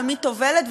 ומי טובלת,